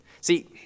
See